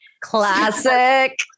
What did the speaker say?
classic